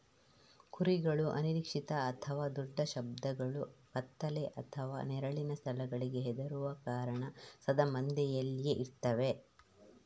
ಕುರಿಗಳು ಅನಿರೀಕ್ಷಿತ ಅಥವಾ ದೊಡ್ಡ ಶಬ್ದಗಳು, ಕತ್ತಲೆ ಅಥವಾ ನೆರಳಿನ ಸ್ಥಳಗಳಿಗೆ ಹೆದರುವ ಕಾರಣ ಸದಾ ಮಂದೆಯಲ್ಲಿಯೇ ಇರ್ತವೆ